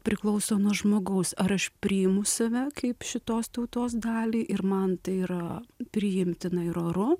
priklauso nuo žmogaus ar aš priimu save kaip šitos tautos dalį ir man tai yra priimtina ir oru